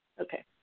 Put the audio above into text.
Okay